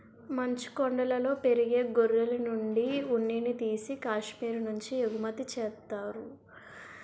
మంచుకొండలలో పెరిగే గొర్రెలనుండి ఉన్నిని తీసి కాశ్మీరు నుంచి ఎగుమతి చేత్తారు